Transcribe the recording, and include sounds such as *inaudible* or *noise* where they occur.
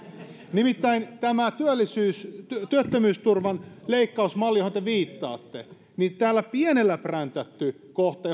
nimittäin tämä työttömyysturvan leikkausmalli johon te viittaatte täällä pienellä präntätty kohta *unintelligible*